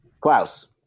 Klaus